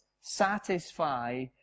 satisfy